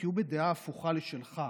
כי הוא בדעה הפוכה משלך,